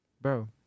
bro